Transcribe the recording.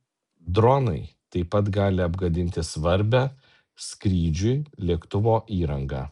dronai taip pat gali apgadinti svarbią skrydžiui lėktuvo įrangą